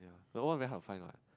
the one very hard to find what